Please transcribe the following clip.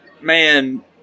man